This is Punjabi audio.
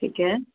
ਠੀਕ ਹੈ